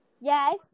Yes